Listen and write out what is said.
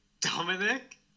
dominic